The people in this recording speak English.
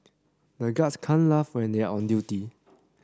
the guards can't laugh when they are on duty